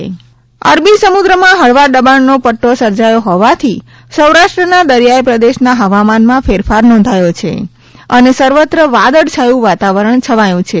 હવામાન માં ફેરફાર અરબી સમુદ્ર માં હળવા દબાણનો પદ્દો સર્જાયો હોવાથી સૌરાષ્ટ્રના દરિયાઈ પ્રદેશના હવામાન માં ફેરફાર નોંધાયો છે અને સર્વત્ર વાદળછાયું વાતાવરણ છવાયું છે